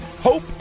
Hope